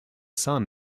son